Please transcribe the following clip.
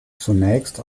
zunächst